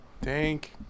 Thank